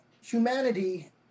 humanity